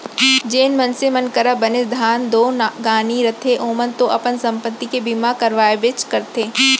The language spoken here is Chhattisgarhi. जेन मनसे मन करा बनेच धन दो गानी रथे ओमन तो अपन संपत्ति के बीमा करवाबेच करथे